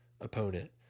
opponent